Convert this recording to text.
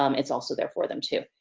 um it's also there for them too.